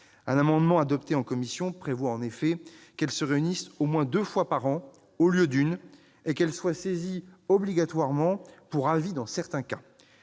Un amendement adopté en commission prévoit qu'elle se réunisse au moins deux fois par an, au lieu d'une, et qu'elle soit saisie obligatoirement pour avis dans certains cas.